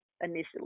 initially